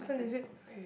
my turn yeah